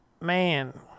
man